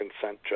consent